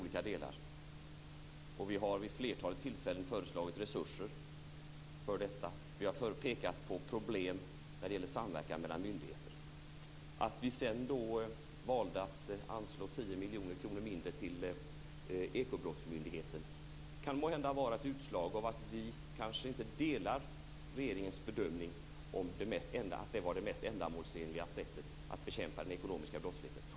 Vid ett flertal tillfällen har vi också föreslagit resurser för detta samtidigt som vi har pekat på problem när det gäller samverkan mellan myndigheter. Att vi valde att anslå 10 miljoner mindre till Ekobrottsmyndigheten kan måhända vara ett utslag av att vi inte delar regeringens bedömning att detta var det mest ändamålsenliga sättet att bekämpa den ekonomiska brottsligheten.